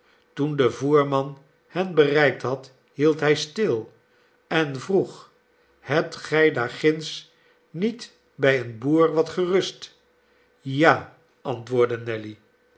toen de voerman hen bereikt had hield hij stil en vroeg hebt gij daar ginds niet bij een boer wat gerust ja antwoordde nelly